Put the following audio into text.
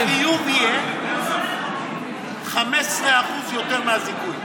החיוב יהיה 15% יותר מהזיכוי.